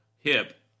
hip